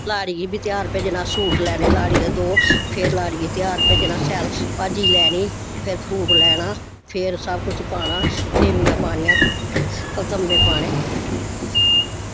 लाड़ी गी बी तेहार भेजना सूट लैने लाड़ी दे दो फिर लाड़ियै गी तेहार भेजना शैल भाजी लैनी फिर फ्रूट लैना फिर सबकिश पाना फैमियां पानियां ते कलतम्में पाने